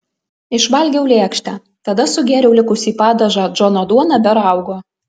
išvalgiau lėkštę tada sugėriau likusį padažą džono duona be raugo